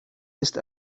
ist